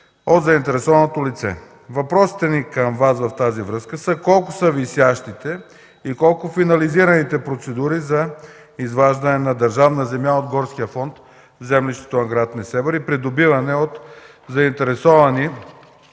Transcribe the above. от заинтересованото лице. Въпросите ни към Вас в тази връзка са: Колко са висящите и колко – финализираните процедури, за изваждане на държавна земя от горския фонд в землището на гр. Несебър и придобиване от заинтересовани